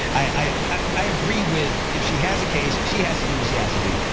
i i agree with if she has a case, she has to do what she has to do.